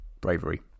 bravery